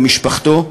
ולמשפחתו,